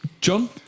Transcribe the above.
John